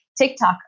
TikTok